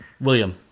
William